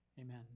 Amen